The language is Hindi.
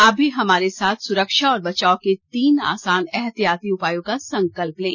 आप भी हमारे साथ सुरक्षा और बचाव के तीन आसान एहतियाती उपायों का संकल्प लें